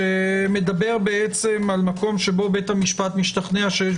שמדבר על מקום שבו בית המשפט משתכנע שיש